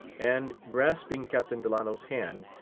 and grasping captain delano's hand,